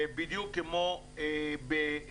בדיוק כמו באירופה.